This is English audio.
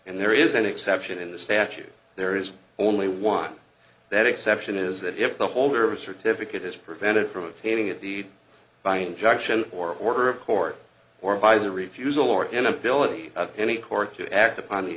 and there is an exception in the statute there is only one that exception is that if the holder of a certificate is prevented from obtaining it the by injection or order of court or by the refusal or inability of any court to act upon the